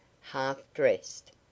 half-dressed